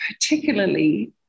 particularly